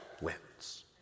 wins